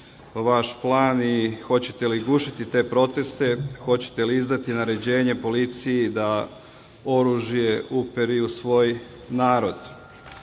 vaš plan i hoćete li gušiti te proteste, hoćete li izdati naređenje policiji da oružje uperi u svoj